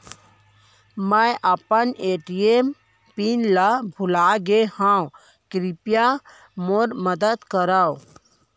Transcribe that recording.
मै अपन ATM pin ला भूलागे हव, कृपया मोर मदद करव